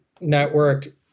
networked